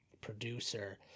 producer